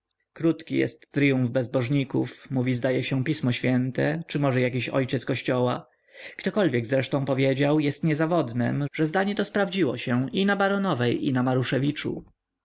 krótki jest tryumf bezbożników mówi zdaje mi się pismo święte czy może jaki ojciec kościoła ktokolwiek zresztą powiedział jest niezawodnem że zdanie to sprawdziło się i na baronowej i na